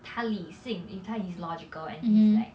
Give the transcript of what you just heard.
他理性 if 他 is logical and he's like